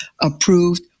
approved